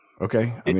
okay